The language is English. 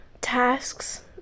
tasks